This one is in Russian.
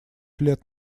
лет